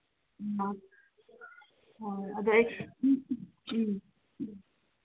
ꯑ ꯍꯣꯏ ꯑꯗꯩ ꯎꯝ